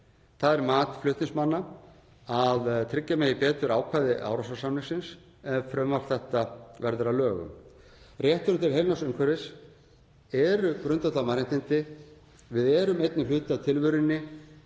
Það er mat flutningsmanna að tryggja megi betur ákvæði Árósasamningsins ef frumvarp þetta verður að lögum. Rétturinn til heilnæms umhverfis eru grundvallarmannréttindi. Við erum einnig hluti af tilverunni,